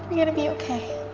gonna be okay,